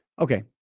Okay